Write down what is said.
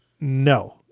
No